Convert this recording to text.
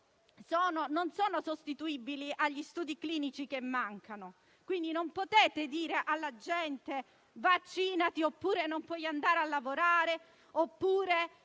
non sono sostituibili agli studi clinici che mancano; quindi, non potete dire alla gente di vaccinarsi altrimenti non può andare a lavorare o